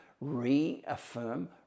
reaffirm